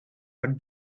her